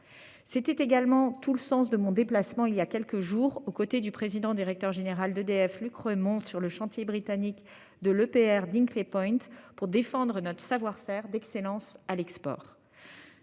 C'était également tout le sens de mon déplacement il y a quelques jours aux côtés du président directeur général d'EDF. Luc Rémont sur le chantier britannique de l'EPR d'Hinkley Point, pour défendre notre savoir-faire d'excellence à l'export.